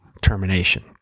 termination